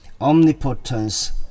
omnipotence